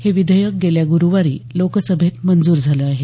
हे विधेयक गेल्या गुरुवारी लोकसभेत मंजूर झालं आहे